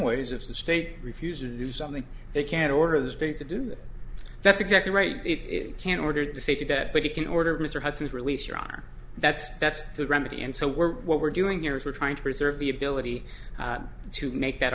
the state refuses to do something they can't order the state to do that that's exactly right it can't order to say to that but you can order mr hudson's release your honor that's that's the remedy and so we're what we're doing here is we're trying to preserve the ability to make that